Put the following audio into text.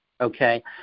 Okay